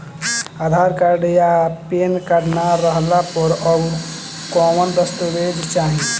आधार card आ PAN card ना रहला पर अउरकवन दस्तावेज चली?